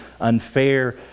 unfair